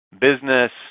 business